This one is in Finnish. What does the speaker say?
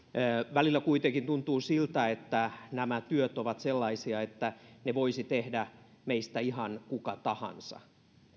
välillä kuitenkin tuntuu siltä että nämä työt ovat sellaisia että ne voisi tehdä meistä ihan kuka tahansa